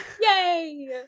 Yay